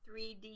3D